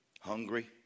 hungry